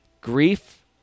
Grief